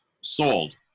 Sold